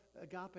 agape